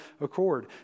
accord